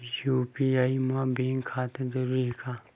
UPI मा bank खाता जरूरी हे?